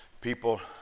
people